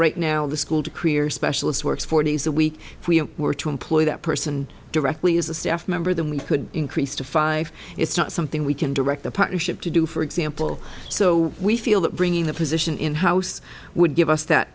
right now in the school to clear specialist works forty hours a week if we were to employ that person directly as a staff member then we could increase to five it's not something we can direct the partnership to do for example so we feel that bringing the position in house would give us that